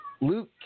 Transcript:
Luke